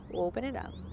open it up.